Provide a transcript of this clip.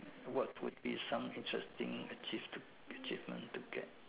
what would be some interesting achieved achievement to get